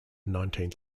nineteenth